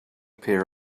pair